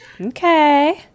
Okay